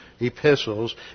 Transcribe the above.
Epistles